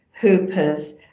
Hoopers